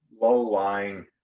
low-lying